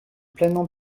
pleinement